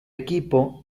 equipo